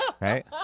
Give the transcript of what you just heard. right